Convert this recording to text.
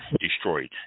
destroyed